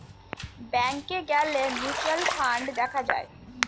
ব্যাংকে গ্যালে mutual fund দেখা যায়